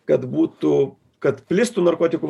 kad būtų kad plistų narkotikų